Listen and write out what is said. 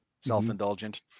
self-indulgent